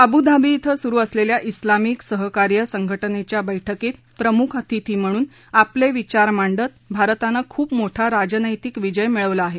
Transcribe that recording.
Abu Dhabi श्विं सुरु असलेल्या श्लामिक सहकार्य संघटनेच्या बैठकीत प्रमुख अतिथी म्हणून आपले विचार मांडत भारतानं खूप मोठा राजनैतिक विजय मिळवला आहे